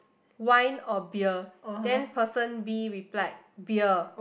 wine or beer then person B replied beer